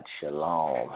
Shalom